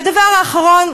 והדבר האחרון,